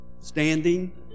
standing